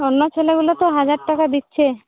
অন্য ছেলে হলে তো হাজার টাকা দিচ্ছে